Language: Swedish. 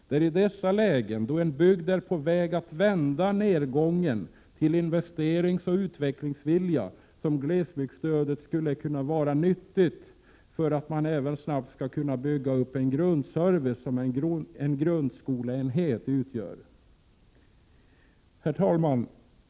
Det är i dessa lägen, då en bygd är på väg att vända nedgången till investeringsoch utvecklingsvilja, som glesbygdsstödet skulle kunna vara nyttigt för att man även snabbt skall kunna bygga upp den ”grundservice” som en grundskoleenhet utgör. Herr talman!